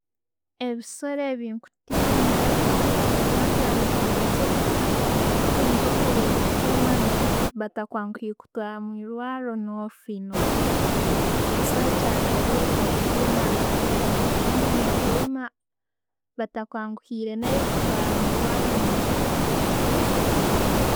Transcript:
Ebisoro byendikutina ekyokubanza haroho enjoka, habwokuba enjoka bwekutema batakwangwire kutwara omwirwaro, nofaa no'butwa. Ekisoro ekya kabiiri kyentina niyo embwa, embwa ne kunena, batakwanguhire kutwara omwirwaro no'faa.